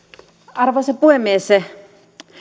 arvoisa puhemies